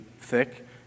thick